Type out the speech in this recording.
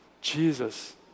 Jesus